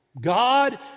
God